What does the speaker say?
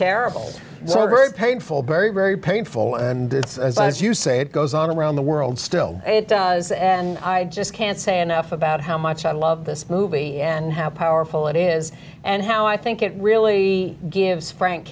terrible so very painful barry very painful and as you say it goes on around the world still does and i just can't say enough about how much i love this movie and how powerful it is and how i think it really gives frank